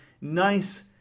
nice